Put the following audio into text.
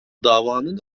davanın